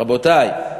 רבותי,